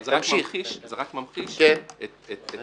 אבל זה רק ממחיש את הבעיה.